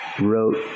wrote